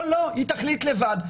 או לא, היא תחליט לבד.